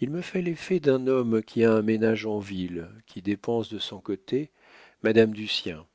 il me fait l'effet d'un homme qui a un ménage en ville qui dépense de son côté madame du sien